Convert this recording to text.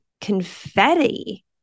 confetti